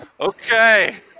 Okay